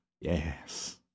Yes